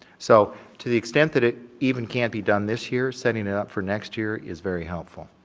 so, to the extent that it even can't be done this year, setting it up for next year is very helpful.